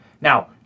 Now